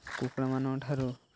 କୁକୁଡ଼ାମାନଙ୍କଠାରୁ